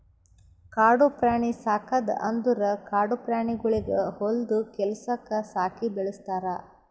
ಕಾಡು ಪ್ರಾಣಿ ಸಾಕದ್ ಅಂದುರ್ ಕಾಡು ಪ್ರಾಣಿಗೊಳಿಗ್ ಹೊಲ್ದು ಕೆಲಸುಕ್ ಸಾಕಿ ಬೆಳುಸ್ತಾರ್